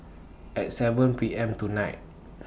At seven P M tonight